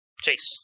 Chase